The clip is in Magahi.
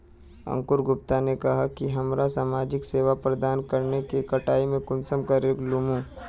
अंकूर गुप्ता ने कहाँ की हमरा समाजिक सेवा प्रदान करने के कटाई में कुंसम करे लेमु?